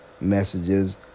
messages